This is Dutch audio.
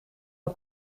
een